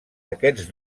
aquests